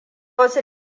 wasu